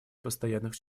постоянных